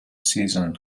season